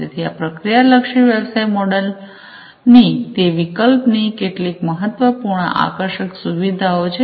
તેથી આ પ્રક્રિયા લક્ષી વ્યવસાય મોડેલની તે વિકલ્પની કેટલીક મહત્વપૂર્ણ આકર્ષક સુવિધાઓ છે